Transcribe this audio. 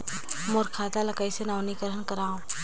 मोर खाता ल कइसे नवीनीकरण कराओ?